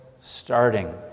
starting